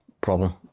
problem